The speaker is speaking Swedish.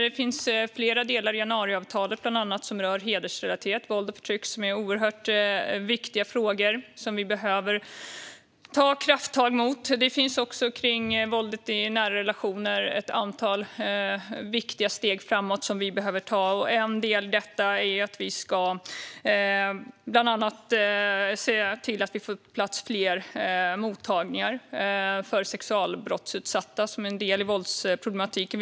Det finns flera delar i januariavtalet, bland annat, som rör hedersrelaterat våld och förtryck. Det är oerhört viktiga frågor som vi behöver ta krafttag mot. Det finns också ett antal viktiga steg framåt som vi behöver ta när det gäller våldet i nära relationer. En del av detta är att vi ska se till att vi får fler platser på mottagningar för sexualbrottsutsatta, som är en del i våldsproblematiken.